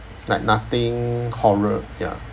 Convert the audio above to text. like nothing horror ya